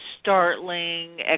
startling